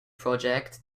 project